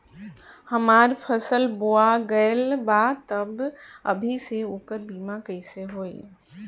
हमार फसल बोवा गएल बा तब अभी से ओकर बीमा कइसे होई?